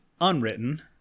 unwritten